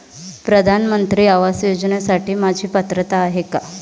प्रधानमंत्री आवास योजनेसाठी माझी पात्रता आहे का?